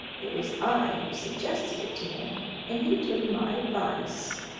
it was i who suggested it to him and he took my advice,